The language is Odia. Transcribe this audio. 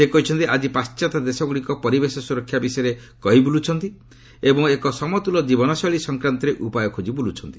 ସେ କହିଛନ୍ତି ଆଜି ପାଣ୍ଟାତ୍ୟ ଦେଶଗ୍ରଡ଼ିକ ପରିବେଶ ସୁରକ୍ଷା ବିଷୟରେ କହି ବୁଲୁଛନ୍ତି ଏବଂ ଏକ ସମତୁଲ ଜୀବନଶୈଳୀ ସଂକ୍ରାନ୍ତରେ ଉପାୟ ଖୋକି ବୁଲୁଛନ୍ତି